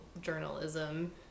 journalism